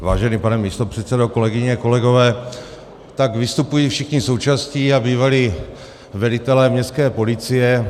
Vážený pane místopředsedo, kolegyně, kolegové, tak vystupují všichni současní a bývalí velitelé městské policie.